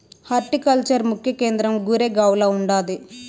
horticulture ముఖ్య కేంద్రం గురేగావ్ల ఉండాది